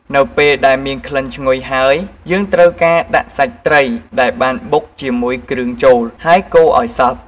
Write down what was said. នៅពេលដែលមានក្លិនឈ្ងុយហើយ យើងត្រូវការដាក់សាច់ត្រីដែលបានបុកជាមួយគ្រឿងចូល ហើយកូរឲ្យសប់។